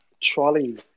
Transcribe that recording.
trolley